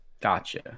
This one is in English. Gotcha